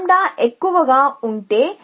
lambda ఎక్కువగా ఉంటే